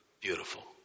beautiful